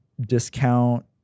discount